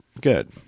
Good